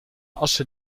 assen